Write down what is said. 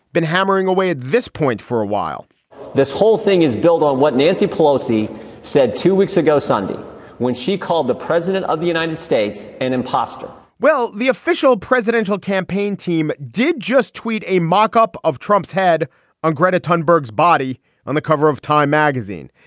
been hammering away at this point for a while this whole thing is built on what nancy pelosi said two weeks ago sunday when she called the president of the united states an impostor well, the official presidential campaign team did just tweet a mockup of trump's head on gretta htun, berg's body on the cover of time magazine.